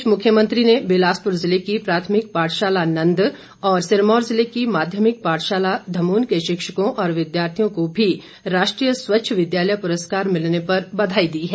इस बीच मुख्यमंत्री ने बिलासपुर जिले की प्राथमिक पाठशाला नंद और सिरमौर जिले की माध्यमिक पाठशाला धमून के शिक्षकों और विद्यार्थियों को भी राष्ट्रीय स्वच्छ विद्यालय पुरस्कार मिलने पर बधाई दी है